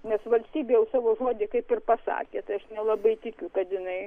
nes valstybė jau savo žodį kaip ir pasakė tai aš nelabai tikiu kad jinai